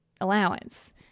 allowance